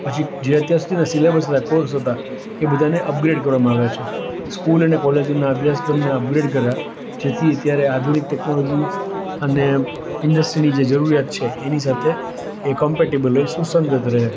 પછી જે અત્યાર સુધીના સિલેબસ હતાં કોર્સ હતાં એ બધાંને અપગ્રેડ કરવામાં આવ્યા છે સ્કૂલ અને કોલેજોના અભ્યાસક્રમોને અપગ્રેડ કર્યા જેથી ત્યારે આધુનિક ટેકનોલોજી અને ઈન્ડસ્ટ્રીની જે જરૂરિયાત છે એની સાથે એ કોમ્પિટેબલ હોય સુસંગત રહે